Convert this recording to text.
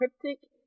cryptic